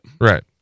Right